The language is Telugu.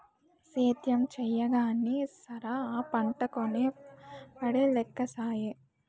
సేద్యం చెయ్యగానే సరా, ఆ పంటకొనే ఒడే లేకసాయే